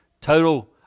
total